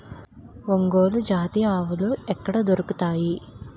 ఒంగోలు జాతి ఆవులు ఎక్కడ దొరుకుతాయి?